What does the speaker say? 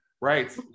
Right